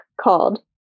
called